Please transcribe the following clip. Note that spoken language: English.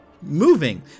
moving